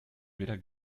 weder